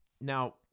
Now